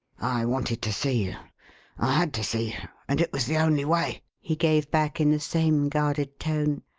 i wanted to see you i had to see you and it was the only way, he gave back in the same guarded tone.